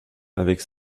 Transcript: avec